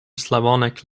slavonic